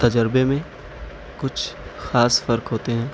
تجربے میں کچھ خاص فرق ہوتے ہیں